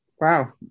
Wow